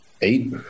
Eight